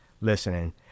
listening